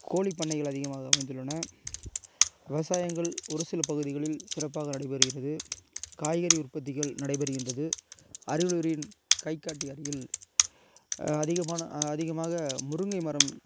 கோழிப்பண்ணைகள் அதிகமாக அமைந்துள்ளன விவசாயங்கள் ஒரு சில பகுதிகளில் சிறப்பாக நடைபெறுகிறது காய்கறி உற்பத்திகள் நடைபெறுகின்றது அரியலூரின் கைக்காட்டி அருகில் அதிகமான அதிகமாக முருங்கை மரம்